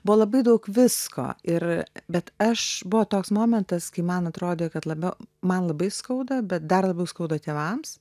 buvo labai daug visko ir bet aš buvo toks momentas kai man atrodė kad labiau man labai skauda bet dar labiau skauda tėvams